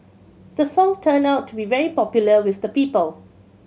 the song turned out to be very popular with the people